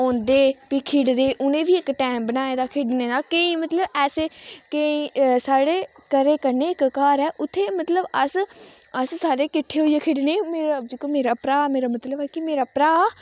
औंदे फ्ही खेढदे उनें बी इक टैम बनाए दा खेढने दा केईं मतलब ऐसे केईं साढ़े घरे कन्नै इक घर ऐ उत्थे मतलब अस अस सारे किट्ठे होइयै खेढने मेरा जेह्का मेरा भ्राऽ मतलब ऐ कि मेरी भ्राऽ